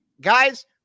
Guys